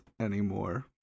anymore